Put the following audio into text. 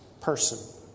person